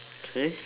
sorry